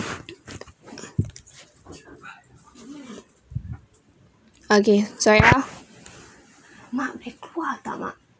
okay sorry ah